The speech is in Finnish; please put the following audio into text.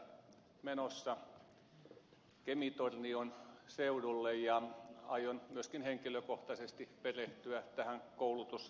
päivä menossa kemintornion seudulle ja aion myöskin henkilökohtaisesti perehtyä tähän koulutustarvetilanteeseen